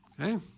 Okay